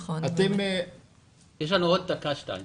יש לנו עד דקה-שתיים.